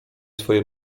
swoje